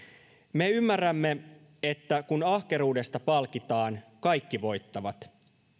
me ymmärrämme että kun ahkeruudesta palkitaan kaikki voittavat